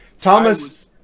Thomas